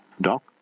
Doc